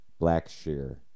Blackshear